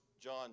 John